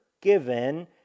given